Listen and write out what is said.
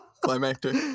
climactic